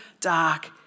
dark